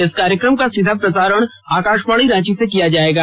इस कार्यक्रम का सीधा प्रसारण आकाशवाणी रांची से किया जाएगा